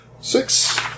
six